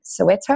Soweto